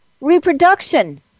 reproduction